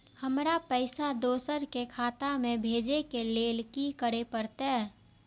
हमरा पैसा दोसर के खाता में भेजे के लेल की करे परते?